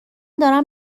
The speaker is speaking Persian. دارم